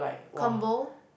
combo